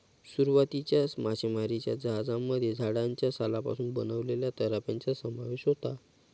सुरुवातीच्या मासेमारीच्या जहाजांमध्ये झाडाच्या सालापासून बनवलेल्या तराफ्यांचा समावेश होता